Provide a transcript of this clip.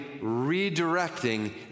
redirecting